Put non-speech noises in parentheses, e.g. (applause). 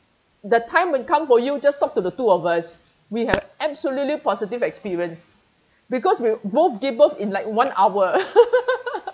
the time when come for you just talk to the two of us we have absolutely positive experience because we both give birth in like one hour (laughs)